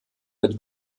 mit